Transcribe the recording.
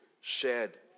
shared